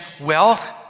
wealth